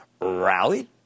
rallied